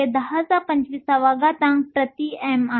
05 x 1025 m 3 आहे